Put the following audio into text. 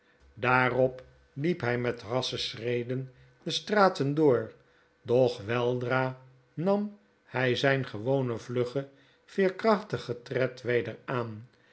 daarop liep hij met rassche schreden de straten door doch weldra nam hi zyn gewonen vluggen veerkrachtigen tred weder aan